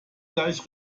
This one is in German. gleich